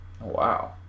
Wow